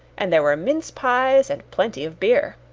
and there were mince-pies, and plenty of beer.